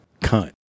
cunt